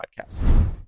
podcasts